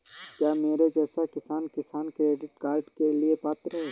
क्या मेरे जैसा किसान किसान क्रेडिट कार्ड के लिए पात्र है?